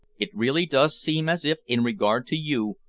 it really does seem as if, in regard to you,